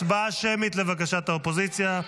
הצבעה שמית לבקשת האופוזיציה.